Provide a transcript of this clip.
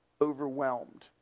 overwhelmed